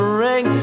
ring